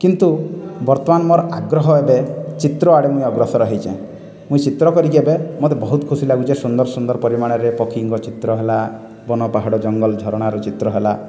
କିନ୍ତୁ ବର୍ତ୍ତମାନ ମୋର୍ ଆଗ୍ରହ ଏବେ ଚିତ୍ର ଆଡ଼େ ମୁଇଁ ଅଗ୍ରସର ହେଇଚେଁ ମୁଇଁ ଚିତ୍ର କରିକି ଏବେ ମତେ ବହୁତ୍ ଖୁସି ଲାଗୁଚେ ସୁନ୍ଦର ସୁନ୍ଦର ପରିମାଣରେ ପକ୍ଷୀଙ୍କ ଚିତ୍ର ହେଲା ବନ ପାହାଡ଼ ଜଙ୍ଗଲ ଝରଣାର ଚିତ୍ର ହେଲା